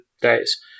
days